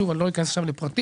אני לא אכנס עכשיו לפרטים,